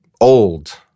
old